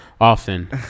often